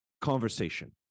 conversation